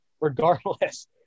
regardless